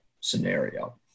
scenario